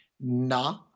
Na